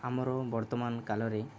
ଆମର ବର୍ତ୍ତମାନ କାଲରେ